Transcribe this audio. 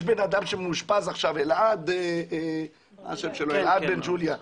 יש בן אדם שמאושפז עכשיו, אלעד בן ג'וליה.